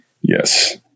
Yes